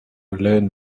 learned